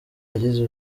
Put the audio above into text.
yagize